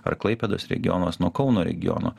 ar klaipėdos regionas nuo kauno regiono